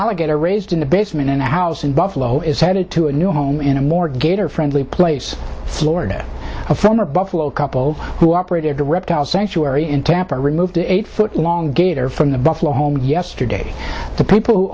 alligator raised in a basement in a house in buffalo is headed to a new home in a more gator friendly place florida a former buffalo couple who operated the reptile sanctuary in tampa removed eight foot long gator from the buffalo home yesterday the people who